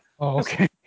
okay